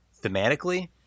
thematically